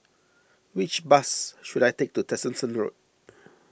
which bus should I take to Tessensohn Road